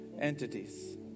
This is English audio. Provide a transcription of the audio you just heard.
Entities